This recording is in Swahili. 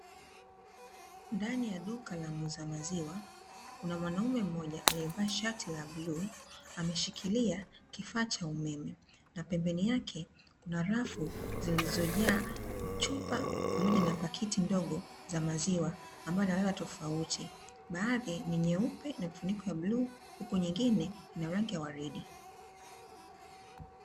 Ndani ya duka la muuza maziwa, kuna mwnaume mmoja aliyevaa shati la bluu; ameshikilia kifaa cha umeme na pembeni yake kuna rafu zilizojaa chupa pamoja na pakiti ndogo za maziwa, ambayo yana ladha tofauti, baadhi ni nyeupe na mifuniko ya bluu huku nyingine ina rangi ya waridi.